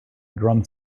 drum